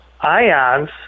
Ions